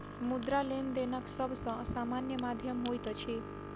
मुद्रा, लेनदेनक सब सॅ सामान्य माध्यम होइत अछि